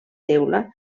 teula